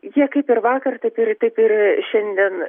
jie kaip ir vakar taip ir taip ir šiandien